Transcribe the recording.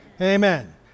Amen